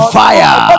fire